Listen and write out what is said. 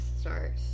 start